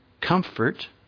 comfort